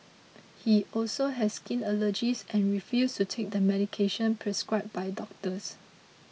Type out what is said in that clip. he also has skin allergies and refuses to take the medication prescribed by doctors